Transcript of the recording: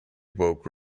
woke